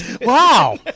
Wow